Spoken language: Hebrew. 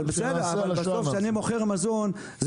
אבל בסוף כשאני מוכר מזון,